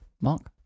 Mark